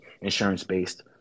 insurance-based